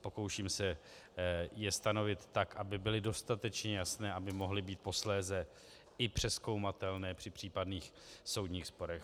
Pokouším se je stanovit tak, aby byly dostatečně jasné, aby mohly být posléze i přezkoumatelné při případných soudních sporech.